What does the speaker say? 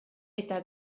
eta